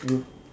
you